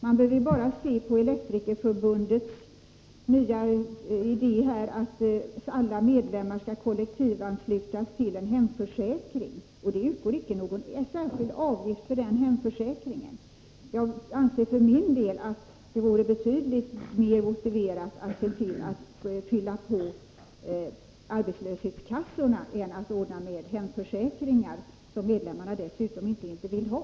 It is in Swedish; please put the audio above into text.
Man behöver bara se på Elektrikerförbundets nya idé, att alla medlemmar skall kollektivanslutas till en hemförsäkring, och det utgår inte någon särskild avgift för den hemförsäkringen. Jag anser för min del att det vore betydligt mer motiverat att fylla på arbetslöshetskassorna än att ordna med hemförsäkringar, som medlemmarna dessutom inte vill ha.